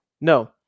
No